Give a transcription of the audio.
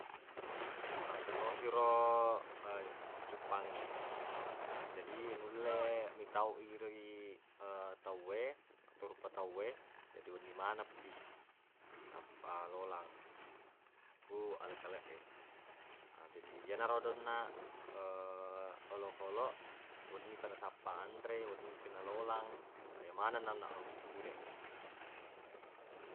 Makkutosiro cuppangnge jadi nulle mitaui ri tauwe atau rupa tauwe jadi wenni maneng pi nappa lolang ku aleq-lakeq e na jadi yenarodo onnaq olokoloq wennipa nasappa anre wennipi nalolang yemaneng na onnaq uteppu de